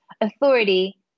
authority